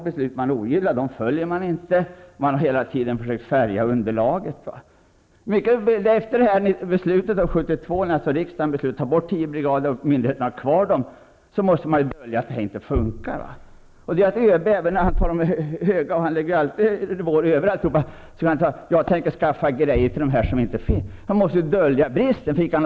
Beslut man har ogillat har man ibland inte följt. Man har hela tiden försökt färga underlaget. Efter beslutet 1972, när riksdagen beslutade att ta bort tio brigader men myndigheterna ändå behöll dem, måste man inse att det inte funkar. Pengarna räcker inte till grejor till dessa brigader. Han måste då dölja bristen!